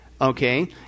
okay